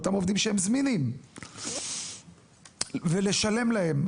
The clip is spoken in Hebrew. באותם עובדים שהם זמינים ולשלם להם,